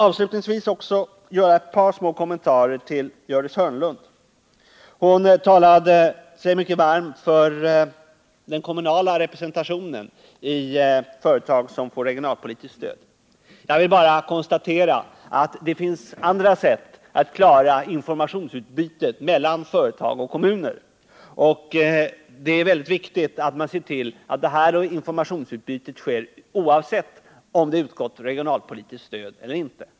Avslutningsvis ett par små kommentarer till Gördis Hörnlund som talade sig varm för den kommunala styrelserepresentationen i företag som får regionalpolitiskt stöd. Jag vill bara konstatera att det finns andra sätt att klara informationsutbytet mellan företag och kommuner. Det är väldigt viktigt att man ser till att informationsutbytet sker oavsett om regionalpolitiskt stöd utgått eller inte.